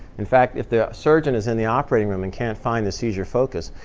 in fact, if the surgeon is in the operating room and can't find the seizure focus,